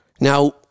Now